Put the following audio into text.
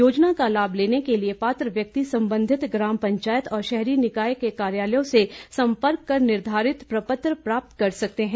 योजना का लाभ लेने के लिए पात्र व्यक्ति संबंधित ग्राम पंचायत और शहरी निकाय के कार्यलयों से संपर्क कर निर्धारित प्रपत्र प्राप्त कर सकते है